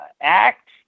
act